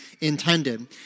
intended